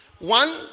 One